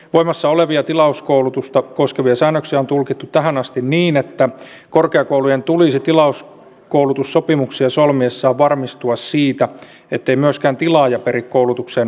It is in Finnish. voimassa olevia tilauskoulutusta koskevia säännöksiä on tulkittu tähän asti niin että korkeakoulujen tulisi tilauskoulutussopimuksia solmiessaan varmistua siitä ettei myöskään tilaaja peri koulutukseen osallistuvilta maksuja